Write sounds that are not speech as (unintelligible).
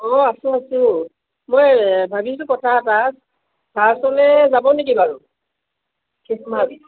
অঁ আছোঁ আছোঁ মই ভাবিছোঁ কথা এটা পাৰ্কলৈ যাব নেকি বাৰু (unintelligible)